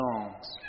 songs